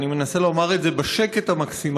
אני מנסה לומר את זה בשקט המקסימלי,